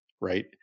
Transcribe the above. right